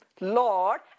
Lord